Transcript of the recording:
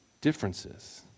differences